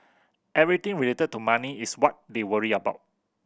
everything related to money is what they worry about